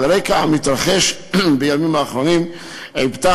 על רקע המתרחש בימים האחרונים עיבתה